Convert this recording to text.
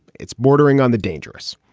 it's bordering on the dangerous.